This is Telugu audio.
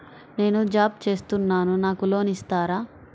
నేను జాబ్ చేస్తున్నాను నాకు లోన్ ఇస్తారా?